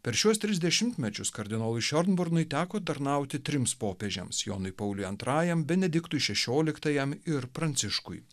per šiuos tris dešimtmečius kardinolui šionbornui teko tarnauti trims popiežiams jonui pauliui antrajam benediktui šešioliktajam ir pranciškui